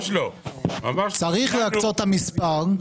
צריך להקצות את המספר.